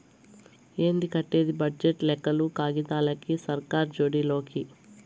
ఏంది కట్టేది బడ్జెట్ లెక్కలు కాగితాలకి, సర్కార్ జోడి లోకి